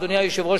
אדוני היושב-ראש,